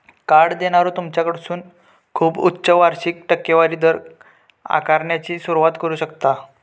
card देणारो तुमच्याकडसून खूप उच्च वार्षिक टक्केवारी दर आकारण्याची सुरुवात करू शकता